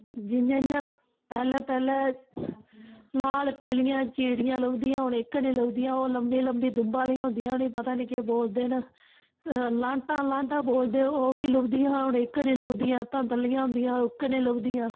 जियां जियां पैह्लैं पैह्लैं लाल पीलियां चिड़ियां लभदियां हां हून इक नेईं लभदी ओह् लंबी लंबी दुम्बा आह्लियां होंदियां उ'नेंगी पता निं केह् बोलदे न लांटां लांटां बोलदे हे ओह् बी लभदियां हियां हून इक बी नेईं लभदियां ततलियां होंदियां हां हून इक बी नेईं लभदियां